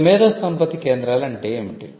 ఇప్పుడు మేధోసంపత్తి కేంద్రాలు అంటే ఏమిటి